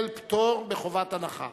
פטור מחובת הנחה.